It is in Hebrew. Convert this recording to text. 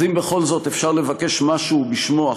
אז אם בכל זאת אפשר לבקש משהו בשמו,